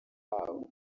habo